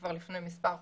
כבר לפני מספר חודשים.